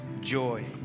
joy